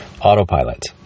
Autopilot